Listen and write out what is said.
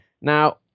Now